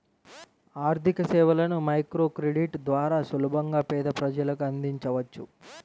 ఆర్థికసేవలను మైక్రోక్రెడిట్ ద్వారా సులభంగా పేద ప్రజలకు అందించవచ్చు